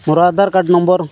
ମୋର Aadhaar card number